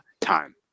time